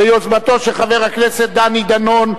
ביוזמת חבר הכנסת דני דנון,